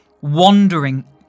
wandering